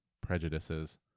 prejudices